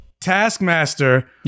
Taskmaster